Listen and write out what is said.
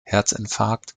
herzinfarkt